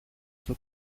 στο